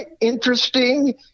interesting